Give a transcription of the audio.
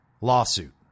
lawsuit